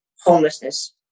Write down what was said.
homelessness